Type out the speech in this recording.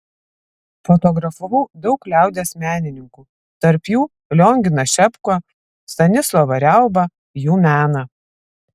fotografavau daug liaudies menininkų tarp jų lionginą šepką stanislovą riaubą jų meną